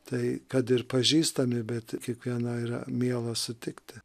tai kad ir pažįstami bet kiekvieną yra miela sutikti